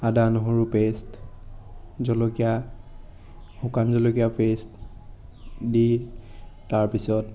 আদা নহৰু পে'ষ্ট জলকীয়া শুকান জলকীয়া পে'ষ্ট দি তাৰপিছত